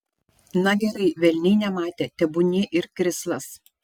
na gerai velniai nematė tebūnie ir krislas